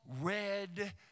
red